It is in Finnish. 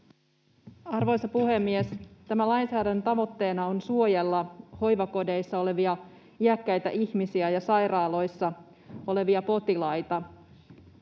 Arvoisa puhemies! Tämän lainsäädännön tavoitteena on suojella hoivakodeissa olevia iäkkäitä ihmisiä ja sairaaloissa olevia potilaita.